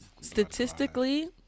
statistically